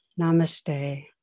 namaste